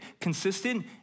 consistent